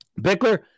Bickler